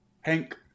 Hank